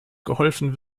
geholfen